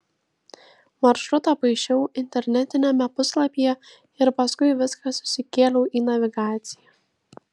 maršrutą paišiau internetiniame puslapyje ir paskui viską susikėliau į navigaciją